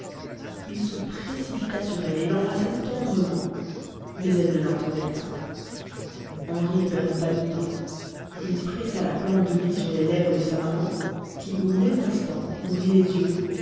il se précipita sur elle et l'embrassa tendrement mais elle ne l'entendait pas henri ne perdit pas de temps il pressa la plante de vie sur les lèvres de sa maman qui au même instant ouvrit les yeux